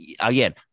again